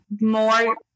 more